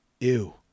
ew